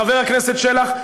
חבר הכנסת שלח,